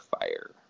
fire